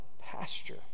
pasture